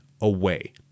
away